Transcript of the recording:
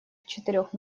четырех